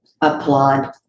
applaud